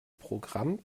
programm